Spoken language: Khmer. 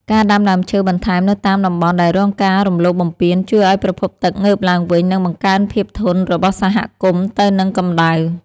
ការដាំដើមឈើបន្ថែមនៅតាមតំបន់ដែលរងការរំលោភបំពានជួយឱ្យប្រភពទឹកងើបឡើងវិញ និងបង្កើនភាពធន់របស់សហគមន៍ទៅនឹងកម្តៅ។